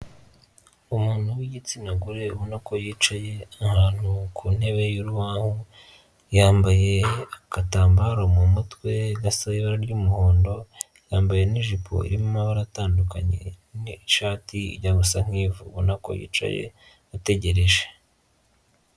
Umuntu w'igitsina gore ubona ko yicaye ahantu ku ntebe y'urubaho, yambaye agatambaro mu mutwe gasa ibara ry'umuhondo, yambaye n'ijipo irimo amabara atandukanye n'ishati ijya gusa nk'ivu ubona ko yicaye ategereje.